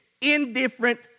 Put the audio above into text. indifferent